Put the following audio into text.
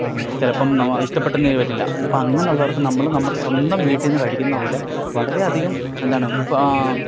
ചിലപ്പോള് നമ ഇഷ്ടപ്പെട്ടന്ന് വരില്ല അപ്പോള് അങ്ങനുള്ളവർക്ക് നമ്മള് നമ്മുടെ സ്വന്തം വീട്ടില്നിന്ന് കഴിക്കുന്ന പോലെ വളരെയധികം എന്താണ് വിഫാ